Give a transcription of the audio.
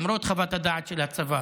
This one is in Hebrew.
למרות חוות הדעת של הצבא.